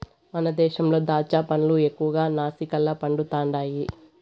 మన దేశంలో దాచ్చా పండ్లు ఎక్కువగా నాసిక్ల పండుతండాయి